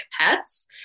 pets